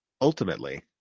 ultimately